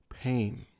pain